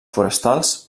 forestals